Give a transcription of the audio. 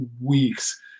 weeks